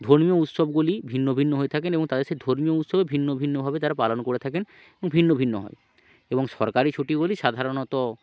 ধর্মীয় উৎসবগুলি ভিন্ন ভিন্ন হয়ে থাকে এবং তাদের সেই উৎসবে ভিন্ন ভিন্নভাবে তারা পালন করে থাকেন ভিন্ন ভিন্ন হয় এবং সরকারি ছুটিগুলি সাধারণত